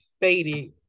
faded